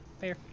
fair